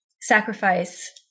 sacrifice